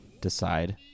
decide